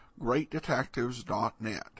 GreatDetectives.net